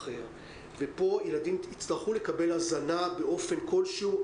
הילדים יצטרכו לקבל הזנה באופן כלשהו.